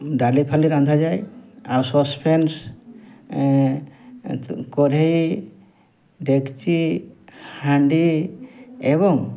ଡାଲି ଫାଲି ରାନ୍ଧାଯାଏ ଆଉ ସପ୍ସେନ୍ସ୍ କରେଇ ଡେକ୍ଚି ହାଣ୍ଡି ଏବଂ